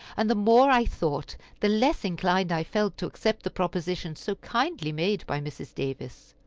and the more i thought the less inclined i felt to accept the proposition so kindly made by mrs. davis.